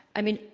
i mean,